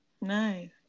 Nice